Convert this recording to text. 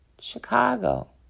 Chicago